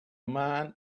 man